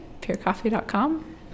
purecoffee.com